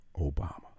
Obama